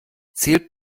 zählt